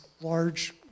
large